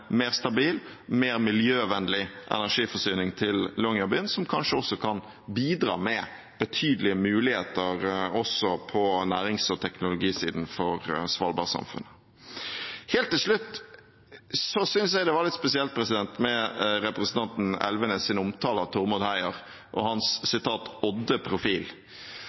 mer stabil og mer miljøvennlig energiforsyning til Longyearbyen, noe som kanskje også kan bidra med betydelige muligheter på nærings- og teknologisiden for svalbardsamfunnet. Helt til slutt syntes jeg det var litt spesielt med representanten Elvenes’ omtale av Tormod Heier og hans